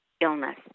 illness